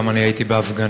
גם אני הייתי בהפגנה.